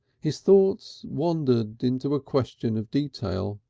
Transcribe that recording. his thoughts wandered into a question of detail.